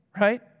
right